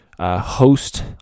Host